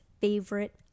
favorite